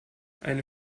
eine